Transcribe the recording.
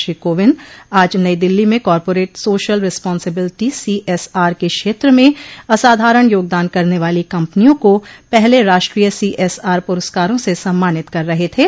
श्री कोविंद आज नई दिल्ली में corporate social responsibility C S R के क्षेत्र में असाधारण योगदान करने वाली कंपनियों को पहले राष्ट्रीय सी एस आर पुरस्कारों से सम्मानित कर रहे थे